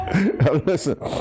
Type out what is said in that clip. listen